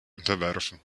unterwerfen